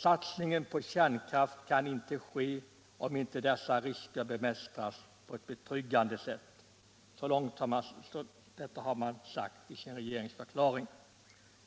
Satsning på kärnkraft kan inte ske, om inte dessa risker bemästras på ett betryggande sätt.” Vad som gäller Nr